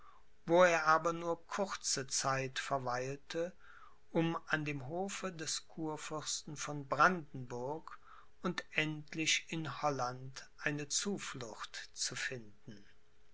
wo er aber nur kurze zeit verweilte um an dem hofe des kurfürsten von brandenburg und endlich in holland eine zuflucht zu finden